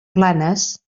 planes